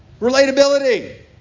Relatability